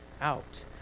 out